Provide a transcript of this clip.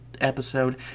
episode